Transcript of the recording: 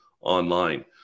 online